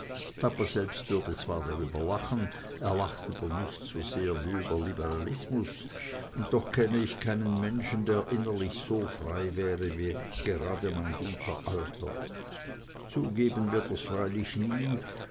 papa selbst würde zwar darüber lachen er lacht über nichts so sehr wie über liberalismus und doch kenne ich keinen menschen der innerlich so frei wäre wie gerade mein guter alter zugeben wird er's freilich nie